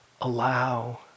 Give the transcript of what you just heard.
allow